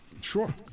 Sure